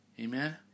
Amen